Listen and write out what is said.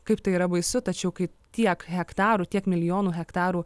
kaip tai yra baisu tačiau kai tiek hektarų tiek milijonų hektarų